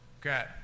Okay